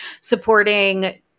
supporting